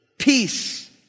Peace